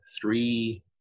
three